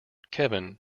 kevin